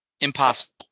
Impossible